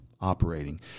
operating